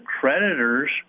creditors